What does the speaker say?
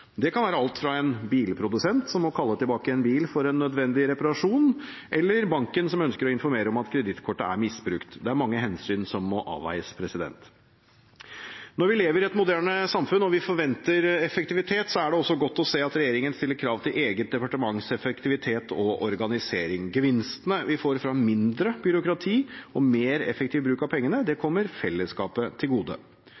Det kan være alt fra en bilprodusent som må kalle tilbake en bil for en nødvendig reparasjon, til banken som ønsker å informere om at kredittkortet er misbrukt. Det er mange hensyn som må avveies. Når vi lever i et moderne samfunn og forventer effektivitet, er det også godt å se at regjeringen stiller krav til eget departements effektivitet og organisering. Gevinstene vi får med mindre byråkrati og mer effektiv bruk av pengene, kommer felleskapet til gode.